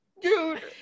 dude